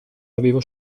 avevo